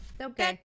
Okay